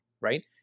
Right